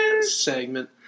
segment